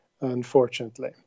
unfortunately